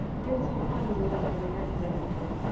but there's some funny units over here, zettajoules.